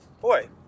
boy